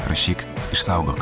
rašyk išsaugok